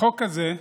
בחוק הזה,